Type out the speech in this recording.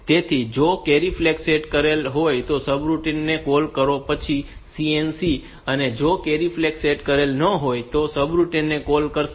તેથી જો carry flag set કરેલ હોય તો સબરૂટિન ને કૉલ કરો પછી CNC અને જો કૅરી ફ્લેગ સેટ ન હોય તો તે સબરૂટિન કૉલ કરશે